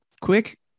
quick